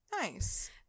Nice